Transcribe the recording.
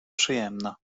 przyjemna